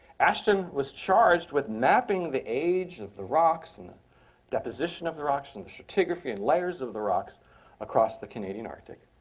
ashton was charged with mapping the age of the rocks, and the deposition of the rocks, and the stratigraphy and layers of the rocks across the canadian arctic.